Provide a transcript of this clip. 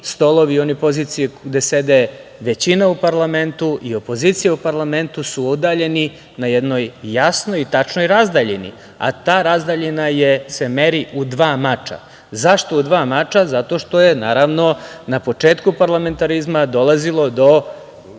stolovi, one pozicije gde sedi većina u parlamentu i opozicija u parlamentu su udaljeni na jednoj jasnoj i tačnoj razdaljini, a ta razdaljina se meri u dva mača. Zašto u dva mača? Zato što je, naravno, na početku parlamentarizma dolazilo do